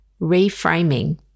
reframing